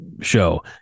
show